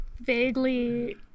vaguely